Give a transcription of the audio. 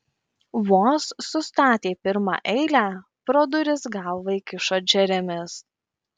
vos sustatė pirmą eilę pro duris galvą įkišo džeremis